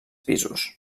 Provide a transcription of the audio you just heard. pisos